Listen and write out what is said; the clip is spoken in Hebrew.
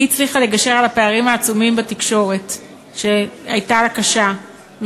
היא הצליחה לגשר על הפערים העצומים בתקשורת שהייתה לה קשה,